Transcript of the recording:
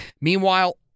Meanwhile